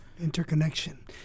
Interconnection